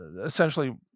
essentially